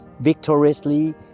victoriously